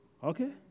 Okay